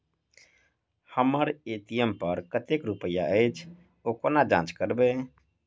हम्मर ए.टी.एम पर कतेक रुपया अछि, ओ कोना जाँच करबै?